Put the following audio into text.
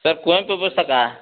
sir Kuvempu ಪುಸ್ತಕ